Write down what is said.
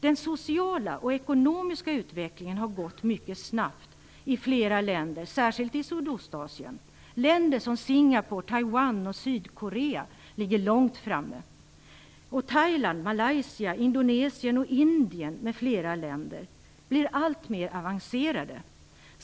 Den sociala och ekonomiska utvecklingen har gått mycket snabbt i flera länder, särskilt i Sydostasien. Länder som Singapore, Taiwan och Sydkorea ligger långt framme. Thailand, Malaysia, Indonesien och Indien m.fl. länder blir alltmer avancerade.